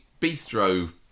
bistro